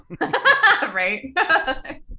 Right